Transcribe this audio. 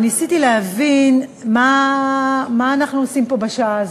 ניסיתי להבין מה אנחנו עושים פה בשעה הזו,